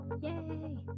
Yay